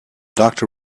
doctor